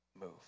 move